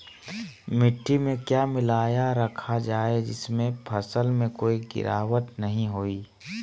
मिट्टी में क्या मिलाया रखा जाए जिससे फसल में कोई गिरावट नहीं होई?